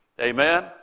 Amen